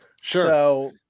Sure